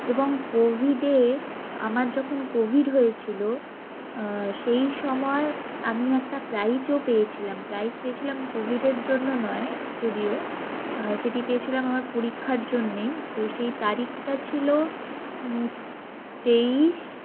এবং কোভিডে আমার যখন কোভিড হয়েছিল সেই সময় আমি একটা প্রাইজও পেয়েছিলাম প্রাইজ পেয়েছিলাম কোভিডের জন্য নয় যদিও সেটি পেয়েছিলাম আমার পরীক্ষার জন্যেই তো সেই তারিখটা ছিল তেইশ